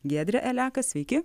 giedrė eilekas sveiki